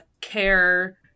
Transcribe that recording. care